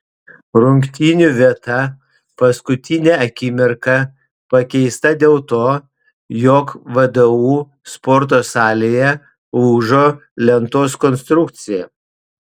rungtynių vieta paskutinę akimirką pakeista dėl to jog vdu sporto salėje lūžo lentos konstrukcija